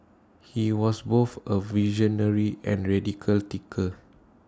he was both A visionary and radical thinker